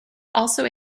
also